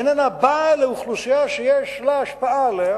איננה באה לאוכלוסייה שיש לה השפעה עליה